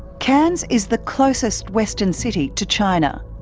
cairns is the closest western city to china.